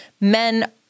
men